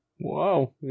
Wow